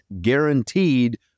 guaranteed